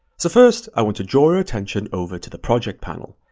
so first, i want to draw your attention over to the project panel.